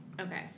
Okay